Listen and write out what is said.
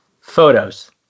photos